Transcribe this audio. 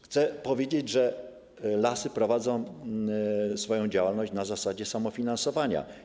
Chcę powiedzieć, że lasy prowadzą swoją działalność na zasadzie samofinansowania.